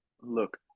look